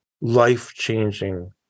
life-changing